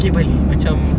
ah